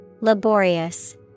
Laborious